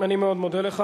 אני מאוד מודה לך.